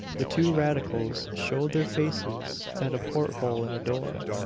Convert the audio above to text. the two radicals showed their faces at a port-hole in a door,